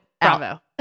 Bravo